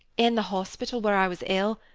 in the hospital where i was ill,